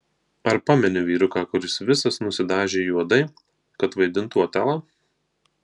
ar pameni vyruką kuris visas nusidažė juodai kad vaidintų otelą